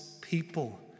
people